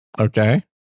okay